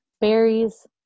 berries